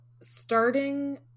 starting